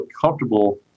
comfortable